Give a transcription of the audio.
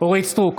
אורית מלכה סטרוק,